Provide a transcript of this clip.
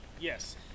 Yes